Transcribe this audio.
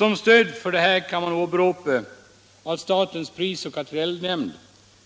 Som stöd för detta konstaterande kan åberopas att statens pris och kartellnämnd